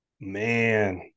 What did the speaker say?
Man